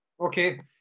okay